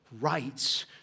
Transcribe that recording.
rights